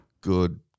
good